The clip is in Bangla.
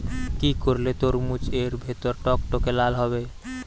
কি করলে তরমুজ এর ভেতর টকটকে লাল হবে?